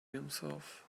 himself